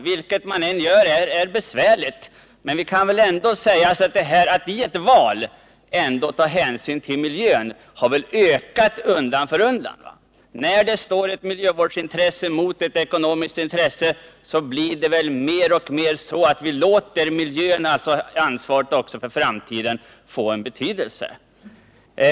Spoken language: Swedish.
Strävan att vid ett sådant här val ta hänsyn till miljön har ökat undan för undan. När ett miljövårdsintresse står mot ett ekonomiskt intresse, låter vi mer och mer miljön och ansvaret för framtiden få betydelse.